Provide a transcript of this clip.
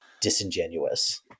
disingenuous